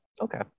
Okay